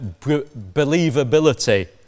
believability